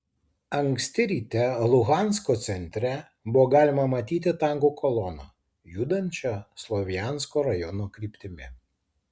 anksti ryte luhansko centre buvo galima matyti tankų koloną judančią slovjansko rajono kryptimi